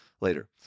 later